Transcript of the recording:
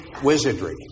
Wizardry